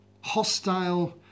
hostile